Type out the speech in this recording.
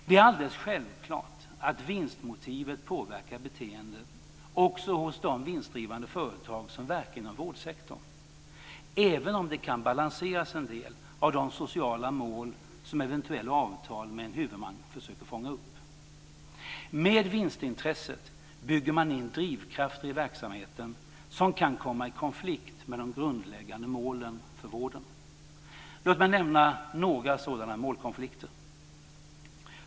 Det är alldeles självklart att vinstmotivet påverkar beteendet också hos de vinstdrivande företag som verkar inom vårdsektorn - även om det kan balanseras en del av de sociala mål som eventuella avtal med en huvudman försöker fånga upp. Med vinstintresset bygger man in drivkrafter i verksamheten som kan komma i konflikt med de grundläggande målen för vården. Låt mig nämna några sådana målkonflikter.